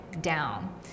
down